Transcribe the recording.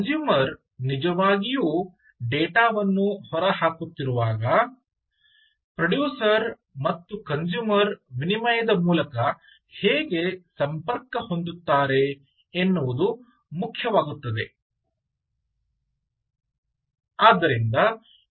consumer ನಿಜವಾಗಿಯೂ ಡೇಟಾವನ್ನು ಹೊರಹಾಕುತ್ತಿರುವಾಗ ಪ್ರೊಡ್ಯೂಸರ್ ಮತ್ತು ಕನ್ಸೂಮರ್ ವಿನಿಮಯದ ಮೂಲಕ ಹೇಗೆ ಸಂಪರ್ಕ ಹೊಂದುತ್ತಾರೆ ಎನ್ನುವುದು ಮುಖ್ಯವಾಗುತ್ತದೆ